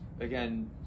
again